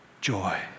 joy